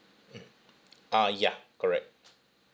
mm ah ya correct